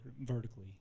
vertically